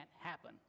happen